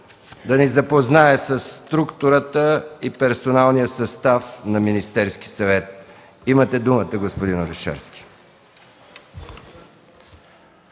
да ни запознае със структурата и персоналния състав на Министерския съвет. Господин Орешарски,